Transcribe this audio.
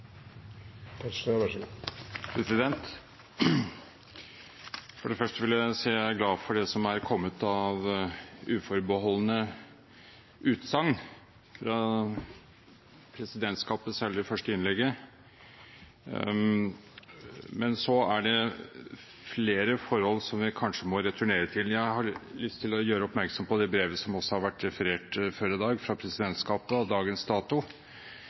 Men så er det flere forhold som vi kanskje må returnere til. Jeg har lyst til å gjøre oppmerksom på det brevet som også har vært referert før i dag, fra presidentskapet